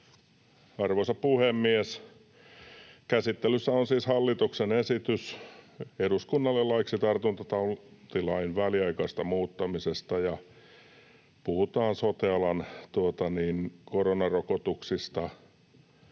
Arvoisa puhemies! Käsittelyssä on siis hallituksen esitys eduskunnalle laiksi tartuntatautilain väliaikaisesta muuttamisesta, ja puhutaan sote-alan koronarokotuksista